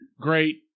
great